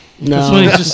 No